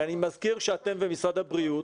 אני מזכיר שאתם ומשרד הבריאות